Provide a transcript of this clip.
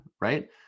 right